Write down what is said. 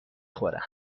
خورم